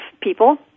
people